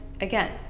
again